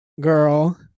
girl